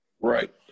Right